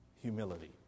Humility